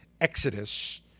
exodus